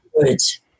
words